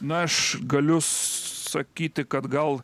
na aš galiu sakyti kad gal